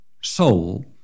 soul